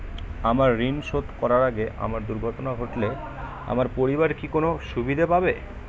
আমার ঋণ শোধ করার আগে আমার দুর্ঘটনা ঘটলে আমার পরিবার কি কোনো সুবিধে পাবে?